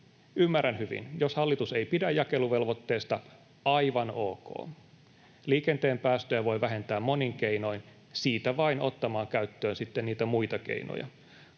ymmärrän hyvin: jos hallitus ei pidä jakeluvelvoitteesta, aivan ok. Liikenteen päästöjä voi vähentää monin keinoin. Siitä vain ottamaan käyttöön sitten niitä muita keinoja,